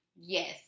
yes